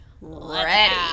ready